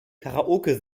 karaoke